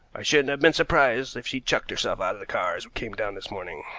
i shouldn't have been surprised if she'd chucked herself out of the car as we came down this morning.